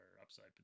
upside